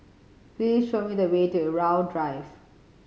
please show me the way to Irau Drive